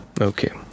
Okay